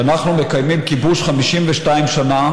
שאנחנו מקיימים כיבוש 52 שנה,